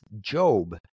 Job